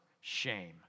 shame